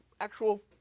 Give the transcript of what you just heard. actual